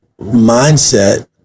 mindset